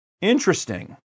Interesting